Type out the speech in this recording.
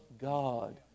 God